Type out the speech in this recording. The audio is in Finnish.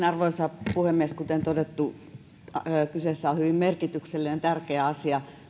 arvoisa puhemies kuten todettu kyseessä on hyvin merkityksellinen tärkeä asia